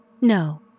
No